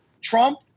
Trump